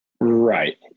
Right